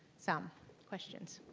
some questions.